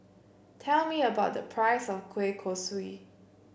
tell me a price of Kueh Kosui